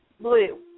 blue